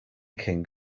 king